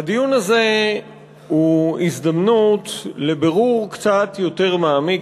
הדיון הוא הזדמנות לבירור קצת יותר מעמיק